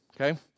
okay